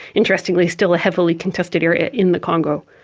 interestingly still a heavily contested area in the congo.